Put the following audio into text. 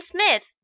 Smith